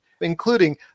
including